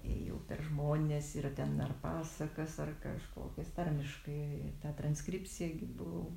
ėjau per žmones ir ten dar pasakas ar kažkokias tarmiškai tą transkripcija gi buvau